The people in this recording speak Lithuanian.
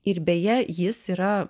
ir beje jis yra